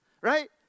right